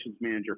manager